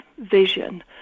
vision